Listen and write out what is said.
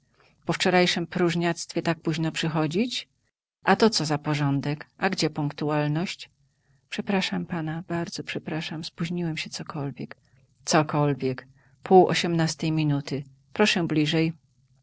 po wczorajszem próżniactwie tak późno przychodzić a to co za porządek a gdzie punktualność przepraszam pana bardzo przepraszam spóźniłem się cokolwiek cokolwiek półosiemnastej minuty proszę bliżej